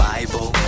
Bible